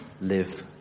live